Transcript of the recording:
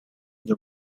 the